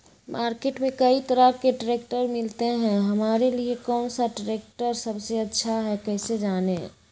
Market में कई तरह के ट्रैक्टर मिलते हैं हमारे लिए कौन सा ट्रैक्टर सबसे अच्छा है कैसे जाने?